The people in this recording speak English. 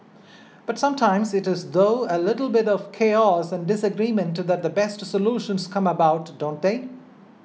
but sometimes it is through a little bit of chaos and disagreement that the best solutions come about don't they